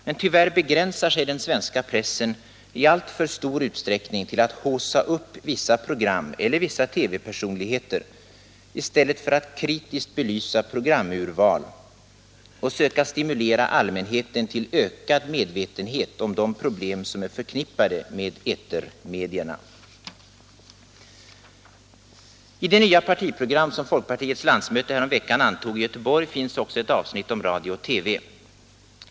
Men tyvärr begränsar sig den svenska pressen i alltför stor utsträckning till att haussa upp vissa program eller vissa TV-personligheter i stället för att kritiskt belysa programurval och söka stimulera allmänheten till ökad medvetenhet om de problem som är förknippade med etermedierna. I det nya partiprogram som folkpartiets landsmöte häromveckan antog i Göteborg finns ett avsnitt också om radio och TV.